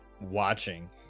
watching